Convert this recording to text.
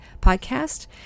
podcast